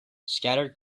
scattered